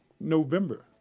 November